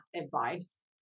advice